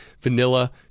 vanilla